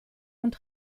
und